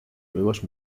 nuevos